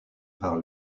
par